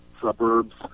suburbs